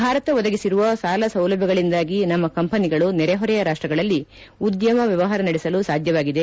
ಭಾರತ ಒದಗಿಸಿರುವ ಸಾಲಸೌಲಭ್ಯಗಳಿಂದಾಗಿ ನಮ್ಮ ಕಂಪನಿಗಳು ನೆರೆಹೊರೆಯ ರಾಷ್ಷಗಳಲ್ಲಿ ಉದ್ಯಮ ವ್ಯವಹಾರ ನಡೆಸಲು ಸಾಧ್ಯವಾಗಿದೆ